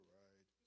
right